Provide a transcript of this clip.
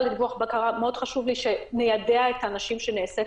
מאוד חשוב לי שניידע את האנשים שנעשית